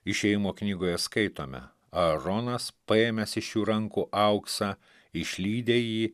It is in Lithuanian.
išėjimo knygoje skaitome aronas paėmęs iš jų rankų auksą išlydė jį